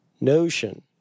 notion